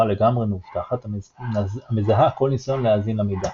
לגמרי מאובטחת - המזהה כל ניסיון להאזין למידע.